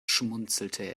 schmunzelte